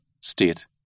state